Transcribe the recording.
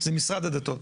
זה משרד הדתות.